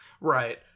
Right